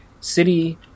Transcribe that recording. City